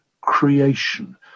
creation